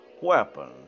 weapon